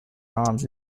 arms